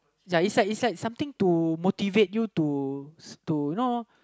it's like it's like something to motivate you to to you know